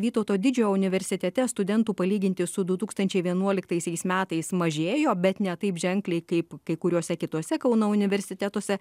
vytauto didžiojo universitete studentų palyginti su du tūkstančiai vienuoliktaisiais metais mažėjo bet ne taip ženkliai kaip kai kuriuose kituose kauno universitetuose